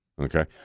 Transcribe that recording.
Okay